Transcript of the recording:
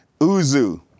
Uzu